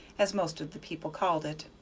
as most of the people called it.